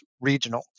regional